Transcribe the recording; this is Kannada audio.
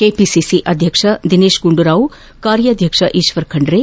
ಕೆಪಿಸಿಸಿ ಅದ್ದಕ್ಷ ದಿನೇತ್ ಗುಂಡೂರಾವ್ಕಾರ್ಯಾಧ್ವಕ್ಷ ಈಶ್ವರ್ ಖಂಡ್ರೆ